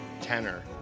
tenor